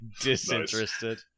Disinterested